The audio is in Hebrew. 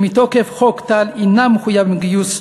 שמתוקף חוק טל אינם מחויבים בגיוס,